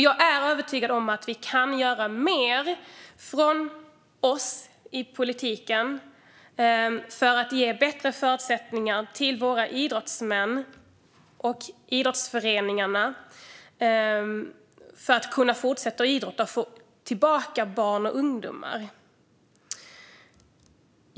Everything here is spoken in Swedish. Jag är övertygad om att vi från politiken kan göra mer för att ge bättre förutsättningar till våra idrottsmän så att de kan fortsätta att idrotta och så att idrottsföreningar kan få tillbaka barn och ungdomar.